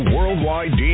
Worldwide